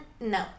no